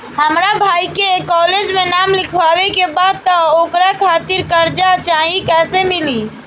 हमरा भाई के कॉलेज मे नाम लिखावे के बा त ओकरा खातिर कर्जा चाही कैसे मिली?